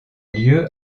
lieu